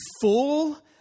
full